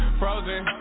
frozen